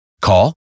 Call